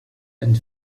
and